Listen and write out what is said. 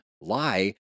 lie